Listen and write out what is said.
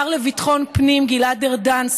השר לביטחון הפנים גלעד ארדן,